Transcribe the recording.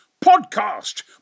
Podcast